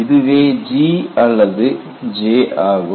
இதுவே G அல்லது J ஆகும்